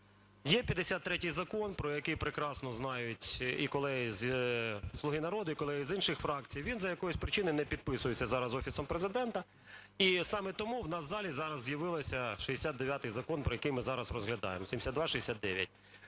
Є 53 Закон, про який прекрасно знають і колеги зі "Слуги народу", і колеги з інших фракцій, він за якоюсь причиною не підписується зараз Офісом Президента. І саме тому у нас в залі зараз з'явився 69 Закон, який ми зараз розглядаємо, 7269.